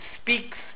speaks